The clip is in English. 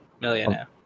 Millionaire